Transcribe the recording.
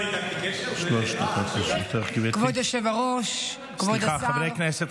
כבוד היושב-ראש, כבוד השר.